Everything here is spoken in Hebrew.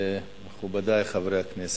מכובדי חברי הכנסת,